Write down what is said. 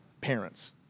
parents